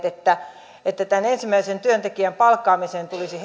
että ensimmäisen työntekijän palkkaamiseen tulisi